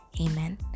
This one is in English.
Amen